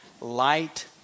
light